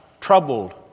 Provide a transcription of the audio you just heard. Troubled